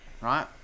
right